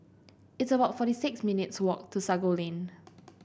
it's about forty six minutes' walk to Sago Lane